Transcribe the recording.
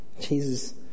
Jesus